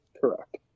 Correct